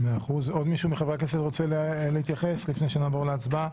עוד מישהו מחברי הכנסת רוצה להתייחס לפני שנעבור להצבעה?